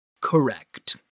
Correct